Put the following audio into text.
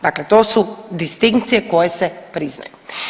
Dakle to su distinkcije koje se priznaju.